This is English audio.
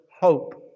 hope